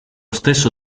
stesso